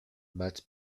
matt